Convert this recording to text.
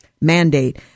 mandate